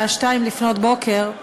02:00, בלילה, לפנות בוקר,